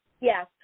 yes